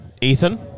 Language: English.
Ethan